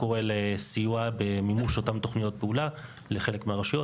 קורא לסיוע במימוש אותן תוכניות פעולה לחלק מהרשויות,